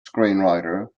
screenwriter